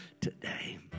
today